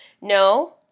no